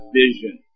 vision